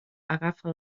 agafa